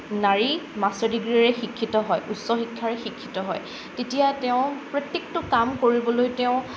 নাৰী মাষ্টাৰ ডিগ্ৰীৰে শিক্ষিত হয় উচ্চ শিক্ষাৰে শিক্ষিত হয় তেতিয়া তেওঁ প্ৰত্যেকটো কাম কৰিবলৈ তেওঁ